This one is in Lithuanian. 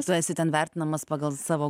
tu esi ten vertinamas pagal savo